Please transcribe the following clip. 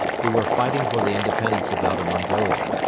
who were fighting for the independence of outer mongolia.